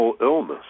illness